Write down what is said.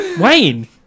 Wayne